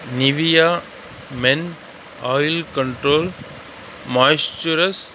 Nivea men oil control moisturiser